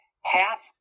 half